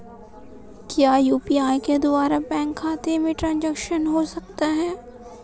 क्या यू.पी.आई के द्वारा बैंक खाते में ट्रैन्ज़ैक्शन हो सकता है?